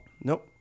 Nope